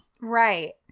Right